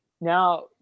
now